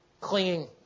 clinging